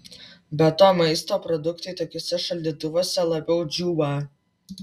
be to maisto produktai tokiuose šaldytuvuose labiau džiūva